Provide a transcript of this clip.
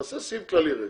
תעשה סעיף כללי רגע.